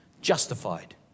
Justified